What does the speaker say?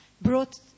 brought